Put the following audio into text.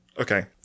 Okay